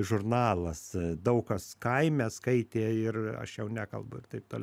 žurnalas daug kas kaime skaitė ir aš jau nekalbu ir taip toliau